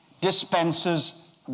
dispenses